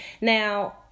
Now